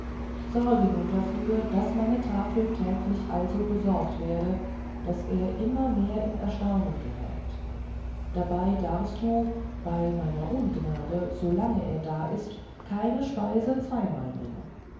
sorge nun dafür daß meine tafel täglich also besorgt werde daß er immer mehr in erstaunen gerät dabei darfst du bei meiner ungnade solange er da ist keine speise zweimal bringen